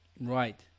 Right